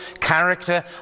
character